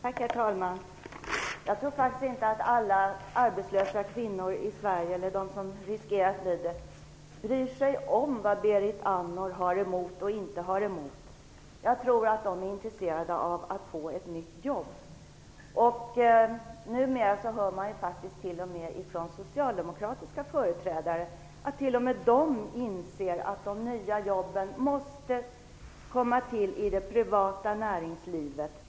Herr talman! Jag tror faktiskt inte att alla arbetslösa kvinnor, eller de som riskerar att bli det, i Sverige bryr sig om vad Berit Andnor tycker. Jag tror att de är intresserade av att få ett jobb. Numera kan man t.o.m. från socialdemokratiska företrädare få höra att de inser att de nya jobben måste komma fram i det privata näringslivet.